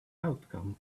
outcome